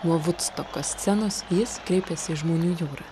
nuo vudstoko scenos jis kreipėsi į žmonių jūrą